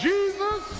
Jesus